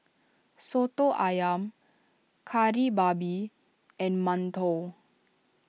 Soto Ayam Kari Babi and Mantou